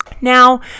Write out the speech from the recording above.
Now